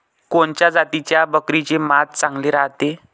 कोनच्या जातीच्या बकरीचे मांस चांगले रायते?